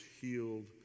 healed